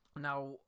Now